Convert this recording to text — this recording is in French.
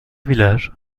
village